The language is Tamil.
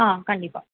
ஆ கண்டிப்பாக